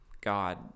god